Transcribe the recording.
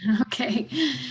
Okay